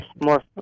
more